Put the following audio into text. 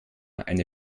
eine